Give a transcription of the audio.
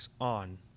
on